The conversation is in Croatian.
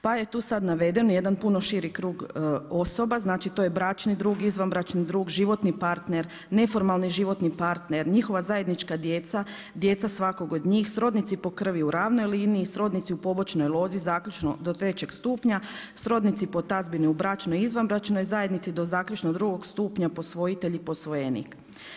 Pa je tu sada navedeno jedan puno širi krug osoba, znači to je bračni drug, izvanbračni drug, životni partner, neformalni životni partner, njihova zajednička djeca, djeca svakog od njih, srodnici po krvi u ravnoj liniji, srodnici u pobočnoj lozi, zaključno do trećeg stupnja, srodnici po tazbini u bračnoj i izvanbračnoj zajednici do zaključno drugog stupnja, posvojitelji i posvojenik.